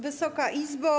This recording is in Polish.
Wysoka Izbo!